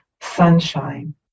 sunshine